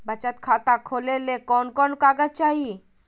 बचत खाता खोले ले कोन कोन कागज चाही?